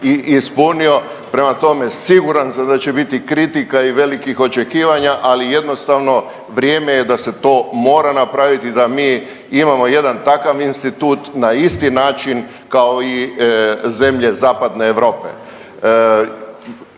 ispunio. Prema tome, siguran sam da će biti kritika i velikih očekivanja, ali jednostavno vrijeme je da se to mora napraviti, da mi imamo jedan takav institut na isti način kao i zemlje Zapadne Europe.